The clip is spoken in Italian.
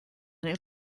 nel